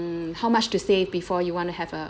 mm how much to save before you want to have a